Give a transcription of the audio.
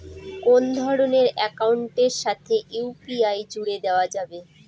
কোন ধরণের অ্যাকাউন্টের সাথে ইউ.পি.আই জুড়ে দেওয়া যাবে?